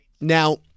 Now